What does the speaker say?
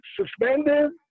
suspended